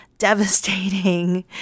devastating